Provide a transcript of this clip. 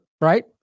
right